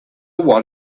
what